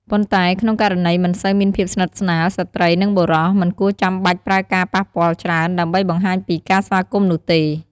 ប៉ុន្តែ ក្នុងករណីមិនសូវមានភាពស្និទ្ធស្នាល ស្ត្រី និង បុរស មិនគួរចាំបាច់ប្រើការប៉ះពាល់ច្រើន ដើម្បីបង្ហាញពីការស្វាគមន៍នោះទេ។